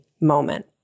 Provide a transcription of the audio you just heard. moment